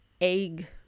egg